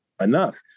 enough